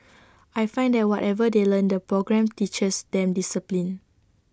I find that whatever they learn the programme teaches them discipline